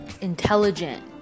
intelligent